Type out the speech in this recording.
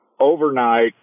overnight